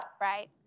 Right